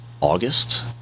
August